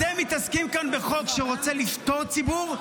אתם מתעסקים כאן בחוק שרוצה לפטור ציבור,